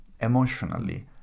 emotionally